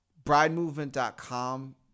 BrideMovement.com